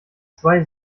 zwei